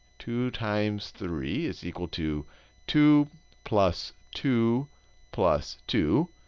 two times three is equal to two plus two plus two.